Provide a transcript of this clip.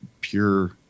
pure